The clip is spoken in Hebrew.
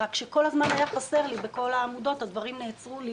רק שכל הזמן היה חסר לי בכל העמודות הדברים נעצרו לי